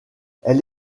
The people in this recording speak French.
elle